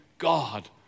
God